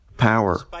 Power